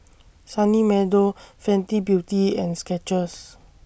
Sunny Meadow Fenty Beauty and Skechers